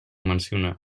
mencionar